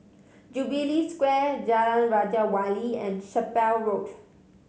Jubilee Square Jalan Raja Wali and Chapel Road